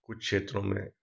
कुछ क्षेत्रों में